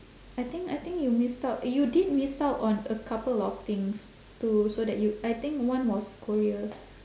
I think I think you missed out you did miss out on a couple of things to so that you I think one was korea